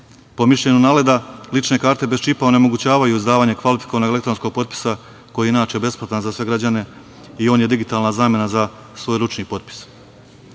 Po mišljenju NALED-a, lične karte bez čipa onemogućavaju izdavanje kvalifikovanog elektronskog potpisa, koji je inače besplatan za sve građane i on je digitalna zamena za svojeručni potpis. Izmene